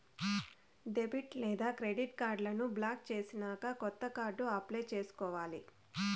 debit లేదా credit కార్డులను block చేసినాక కొత్త కార్డు అప్లై చేసుకోవాలి